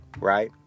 right